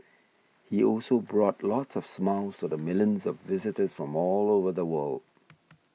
he also brought lots of smiles to the millions of visitors from all over the world